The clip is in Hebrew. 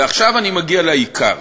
ועכשיו אני מגיע לעיקר,